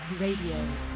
Radio